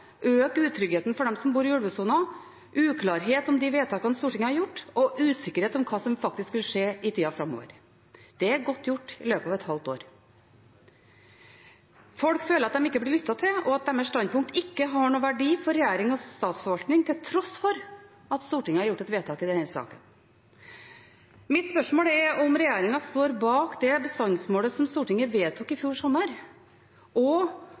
øke utryggheten for dem som bor i ulvesonen, uklarhet om de vedtakene Stortinget har gjort, og usikkerhet om hva som faktisk vil skje i tida framover. Det er godt gjort i løpet av et halvt år. Folk føler at de ikke blir lyttet til, og at deres standpunkt ikke har noen verdi for regjeringens statsforvaltning, til tross for at Stortinget har gjort et vedtak i denne saken. Mitt spørsmål er om regjeringen står bak det bestandsmålet som Stortinget vedtok i fjor sommer. Og